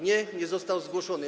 Nie, nie został zgłoszony.